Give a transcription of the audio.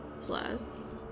plus